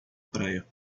praia